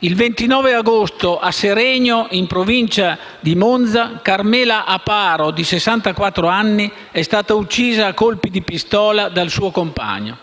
Il 29 agosto a Seregno, in provincia di Monza, Carmela Aparo di 64 anni è stata uccisa a colpi di pistola dal suo compagno.